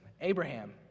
Abraham